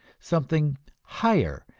something higher,